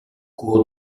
cours